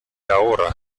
ahora